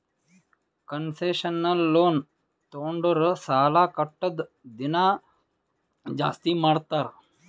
concessional loan ತೊಂಡುರ್ ಸಾಲಾ ಕಟ್ಟದ್ ದಿನಾ ಜಾಸ್ತಿ ಮಾಡ್ತಾರ್